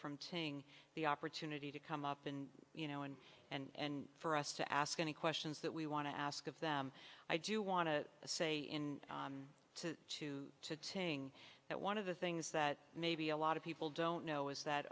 from tng the opportunity to come up and you know and and for us to ask any questions that we want to ask of them i do want to say in the two to ting that one of the things that maybe a lot of people don't know is that